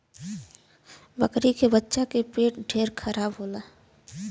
बकरी के बच्चन के पेट ढेर खराब होला